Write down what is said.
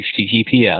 HTTPS